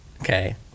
Okay